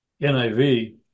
NIV